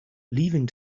leaving